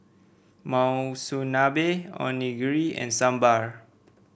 Monsunabe Onigiri and Sambar